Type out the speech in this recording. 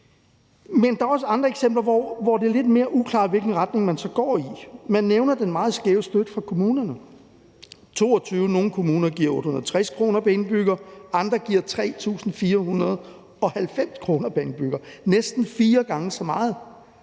der er også andre eksempler, hvor det er lidt mere uklart, hvilken retning man så går i. Man nævner den meget skæve støtte fra kommunerne. I 2022 giver nogle kommuner 860 kr. pr. indbygger, andre giver 3.490 kr. pr. indbygger – omkring fire gange så meget.